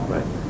Right